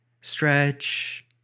stretch